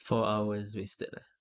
four hours wasted ah